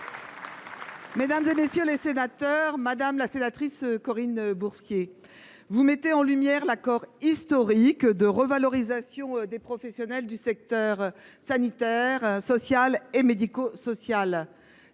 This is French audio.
que je retrouve avec plaisir ! Madame la sénatrice Corinne Bourcier, vous mettez en lumière l’accord historique de revalorisation des professionnels du secteur sanitaire, social et médico social.